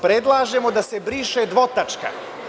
Predlažemo da se briše dvotačka.